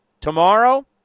tomorrow